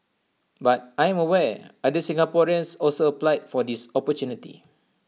but I'm aware other Singaporeans also applied for this opportunity